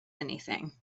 anything